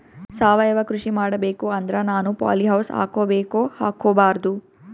ಸಾವಯವ ಕೃಷಿ ಮಾಡಬೇಕು ಅಂದ್ರ ನಾನು ಪಾಲಿಹೌಸ್ ಹಾಕೋಬೇಕೊ ಹಾಕ್ಕೋಬಾರ್ದು?